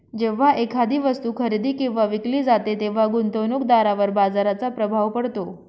जेव्हा एखादी वस्तू खरेदी किंवा विकली जाते तेव्हा गुंतवणूकदारावर बाजाराचा प्रभाव पडतो